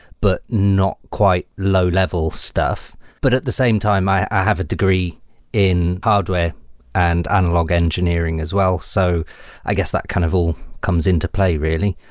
but not quite low level stuff. but at the same time, i have a degree in hardware an and analog engineering as well. so i guess that kind of all comes into play really.